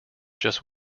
just